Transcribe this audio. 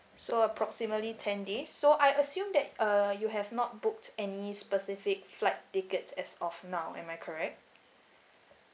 so approximately ten days so I assume that uh you have not booked any specific flight tickets as of now am I correct